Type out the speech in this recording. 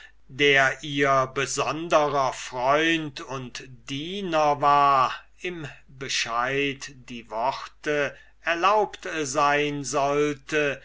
der ihr besonderer freund und diener war im bescheid die worte erlaubt sein sollte